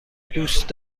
دوست